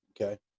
Okay